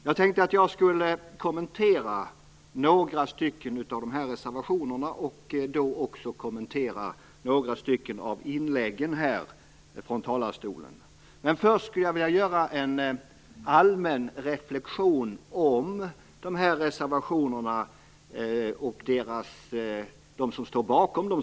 Jag tänkte att jag skulle kommentera några av dessa reservationer och då också kommentera några av inläggen från talarstolen. Först vill jag göra en allmän reflexion om dessa reservationer och de som står bakom dem.